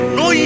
no